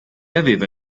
aveva